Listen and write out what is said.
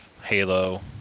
Halo